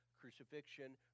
crucifixion